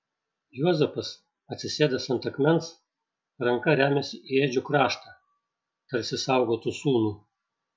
juozapas atsisėdęs ant akmens ranka remiasi į ėdžių kraštą tarsi saugotų sūnų